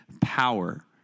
power